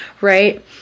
right